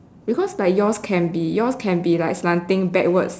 because like yours can be yours can be like slanting backwards